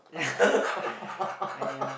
!aiya!